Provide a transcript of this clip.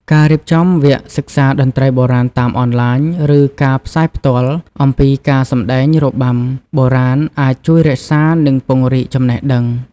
ការរៀបចំវគ្គសិក្សាតន្ត្រីបុរាណតាមអនឡាញ ឬការផ្សាយផ្ទាល់អំពីការសម្ដែងរបាំបុរាណអាចជួយរក្សា និងពង្រីកចំណេះដឹង។